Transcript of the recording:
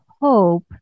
hope